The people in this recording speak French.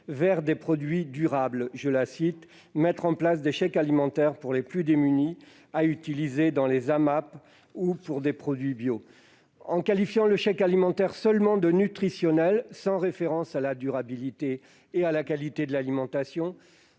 de produits durables :« Mettre en place des chèques alimentaires pour les plus démunis, à utiliser dans les AMAP ou pour des produits bio. » En qualifiant le chèque alimentaire seulement de nutritionnel, sans référence à la durabilité et à la qualité de l'alimentation,